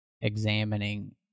examining